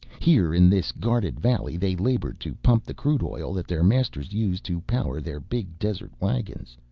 here in this guarded valley they labored to pump the crude oil that their masters used to power their big desert wagons.